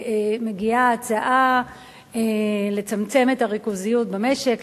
שמגיעה הצעה לצמצם את הריכוזיות במשק,